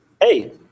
hey